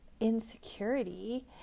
insecurity